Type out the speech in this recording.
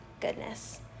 goodness